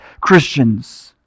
Christians